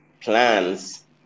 plans